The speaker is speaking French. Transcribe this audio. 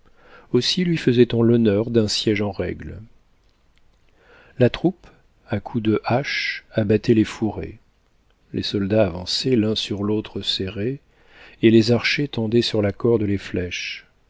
aussi lui faisait-on l'honneur d'un siège en règle la troupe à coups de hache abattait les fourrés les soldats avançaient l'un sur l'autre serrés et les archers tendaient sur la corde les flèches